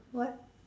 what